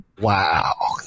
wow